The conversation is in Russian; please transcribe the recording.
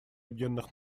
объединенных